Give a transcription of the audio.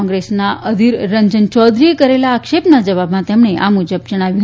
કોંગ્રેસના અધિર રંજન ચૌધરીએ કરેલા આક્ષે ના જવાબમાં તેમણે આ મુજબ જણાવ્યું